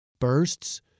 Bursts